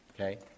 Okay